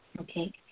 Okay